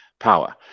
power